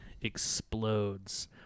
explodes